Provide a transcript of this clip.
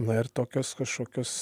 na ir tokios kažkokios